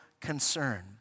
concern